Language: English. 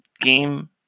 game